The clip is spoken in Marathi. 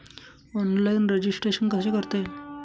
ऑनलाईन रजिस्ट्रेशन कसे करता येईल?